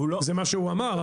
זה מה שהוא אמר.